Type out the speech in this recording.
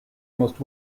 must